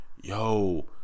yo